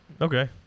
Okay